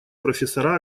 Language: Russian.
профессора